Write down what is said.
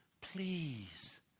please